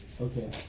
Okay